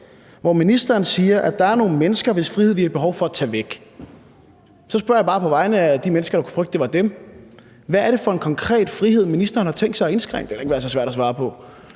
over. Ministeren siger, at der er nogle mennesker, hvis frihed vi har behov for at tage væk. Så spørger jeg bare på vegne af de mennesker, der kunne frygte, at det var dem: Hvad er det for en konkret frihed, ministeren har tænkt sig at indskrænke? Det kan da ikke være så svært at svare på.